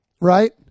Right